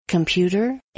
Computer